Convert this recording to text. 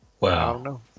Wow